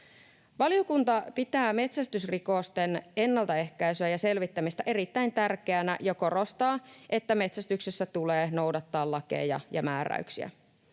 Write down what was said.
Valiokunta pitää metsästysrikosten ennaltaehkäisyä ja selvittämistä erittäin tärkeänä ja korostaa, että metsästyksessä tulee noudattaa lakeja ja määräyksiä.